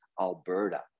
Alberta